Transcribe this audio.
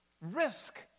Risk